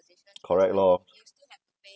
correct lor